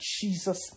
jesus